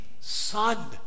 son